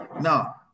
Now